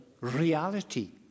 reality